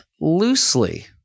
Loosely